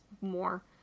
more